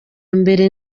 mbere